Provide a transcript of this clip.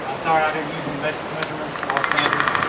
ah sorry i didn't use any metric measurements and all standard